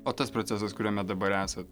o tas procesas kuriame dabar esat